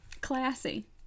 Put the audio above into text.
Classy